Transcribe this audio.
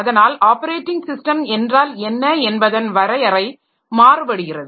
அதனால் operating system என்றால் என்ன என்பதன் வரையறை மாறுபடுகிறது